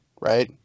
right